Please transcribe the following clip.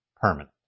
permanent